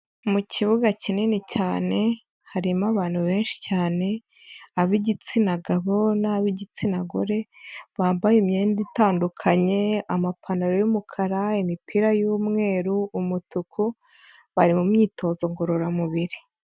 Mu kibuga kinini cyane, harimo abantu benshi cyane, ab'igitsina gabo n'ab'igitsina gore, bambaye imyenda itandukanye, amapantaro y'umukara, imipira y'umweru, umutuku bari mu myitozo ngororamubiri.